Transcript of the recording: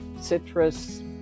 citrus